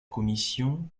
commission